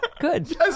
good